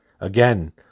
again